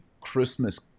Christmas